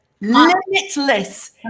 Limitless